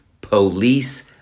police